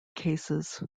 cases